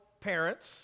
parents